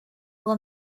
will